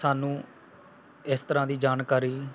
ਸਾਨੂੰ ਇਸ ਤਰ੍ਹਾਂ ਦੀ ਜਾਣਕਾਰੀ